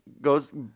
goes